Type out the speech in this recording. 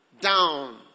down